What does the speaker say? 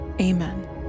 Amen